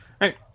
Right